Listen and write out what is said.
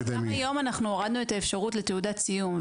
אבל גם היום אנחנו הורדנו את האפשרות לתעודת סיום,